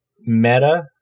meta